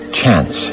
chance